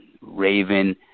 Raven